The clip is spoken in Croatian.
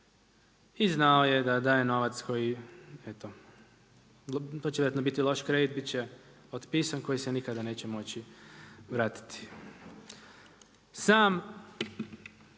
i znao je da daje novac koji, eto, to će vjerojatno biti loš kredit, bit će otpisan koji se nikada neće moći vratiti. Sam